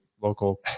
local